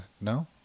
no